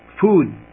food